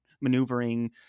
maneuvering